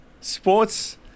Sports